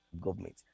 government